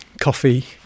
coffee